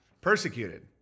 persecuted